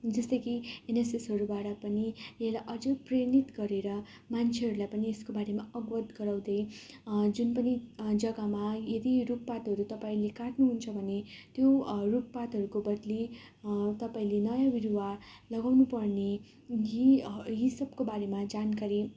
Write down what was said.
जस्तै कि एनएसएसहरूबाट पनि यसलाई अझ प्रेरित गरेर मान्छेहरूलाई पनि यसको बारेमा अगवत गराउँदै जुन पनि जग्गामा यदि रुखपातहरू तपाईँले काट्नुहुन्छ भने त्यो रुखपातहरूको बद्ली तपाईँले नयाँ बिरुवा लगाउनुपर्ने यी यी सबको बारेमा जानकारी